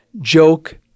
joke